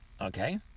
okay